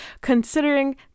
considering